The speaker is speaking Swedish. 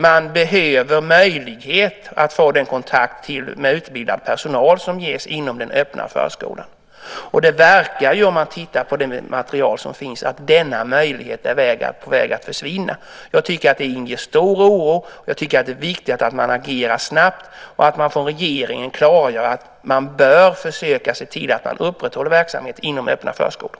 Man behöver den möjlighet till kontakt med utbildad personal som ges inom den öppna förskolan. Om man tittar på det material som finns verkar det som om denna möjlighet är på väg att försvinna. Jag tycker att det inger stor oro, och det är viktigt att man agerar snabbt och att regeringen klargör att man bör försöka se till att upprätthålla verksamhet inom öppna förskolor.